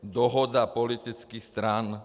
Dohoda politických stran.